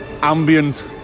ambient